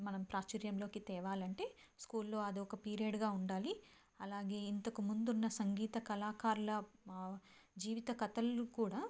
మనం ప్రాచుర్యంలోకి తేవాలంటే స్కూల్లో అదొక పీరియడ్గా ఉండాలి అలాగే ఇంతకు ముందున్న సంగీత కళాకారుల జీవిత కథలు కూడా